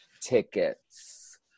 tickets